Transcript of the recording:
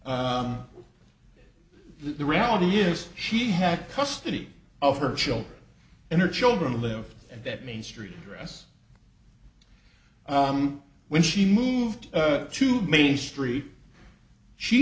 work the reality is she had custody of her children and her children live and that main street address when she moved to main street she